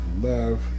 love